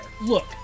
Look